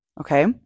Okay